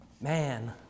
man